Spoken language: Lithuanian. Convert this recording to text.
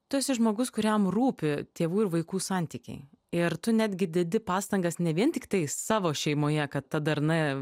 tu esi žmogus kuriam rūpi tėvų ir vaikų santykiai ir tu netgi dedi pastangas ne vien tiktai savo šeimoje kad ta darna